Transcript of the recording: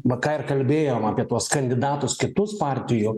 va ką ir kalbėjom apie tuos kandidatus kitus partijų